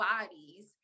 bodies